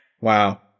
Wow